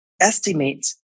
estimates